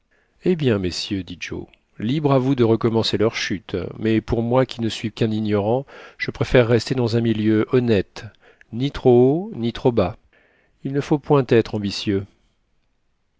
eh bien messieurs dit joe libre à vous de recommencer leur chute mais pour moi qui ne suis qu'un ignorant je préfère rester dans un milieu honnête ni trop haut ni trop bas il ne faut point être ambitieux